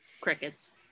Crickets